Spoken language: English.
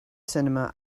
cinema